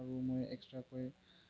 আৰু মই এক্সট্ৰাকৈ